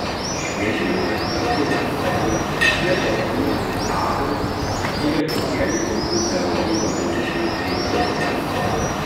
švedijai valdyti padėjo vietos landtagai ir evangelikų liuteronų bažnytinės diecezijos